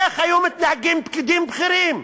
איך היו מתנהגים פקידים בכירים?